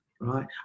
right